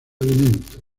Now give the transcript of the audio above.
alimento